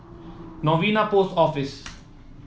Novena Post Office